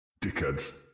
dickheads